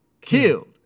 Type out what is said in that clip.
killed